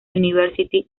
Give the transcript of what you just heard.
university